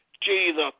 Jesus